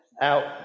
out